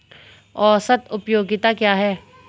औसत उपयोगिता क्या है?